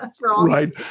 Right